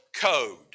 code